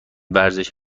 ورزش